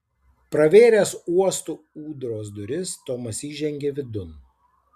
pravėręs uosto ūdros duris tomas įžengė vidun